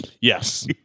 Yes